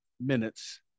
minutes